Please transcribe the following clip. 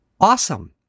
Awesome